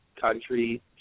country